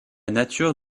nature